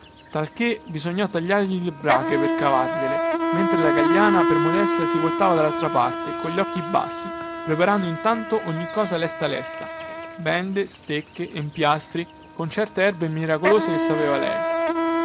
talchè bisognò tagliargli le brache per cavargliele mentre la gagliana per modestia si voltava dallaltra parte cogli occhi bassi preparando intanto ogni cosa lesta lesta bende stecche empiastri con certe erbe miracolose che sapeva lei